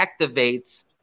activates